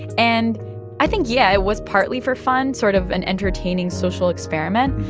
and i think, yeah, it was partly for fun sort of an entertaining social experiment.